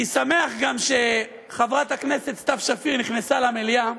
אני שמח גם שחברת הכנסת סתיו שפיר נכנסה למליאה,